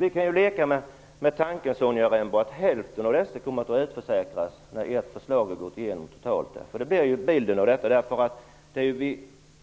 Vi kan leka med tanken, Sonja Rembo, att hälften av dessa personer kommer att utförsäkras när ert förslag har gått igenom helt.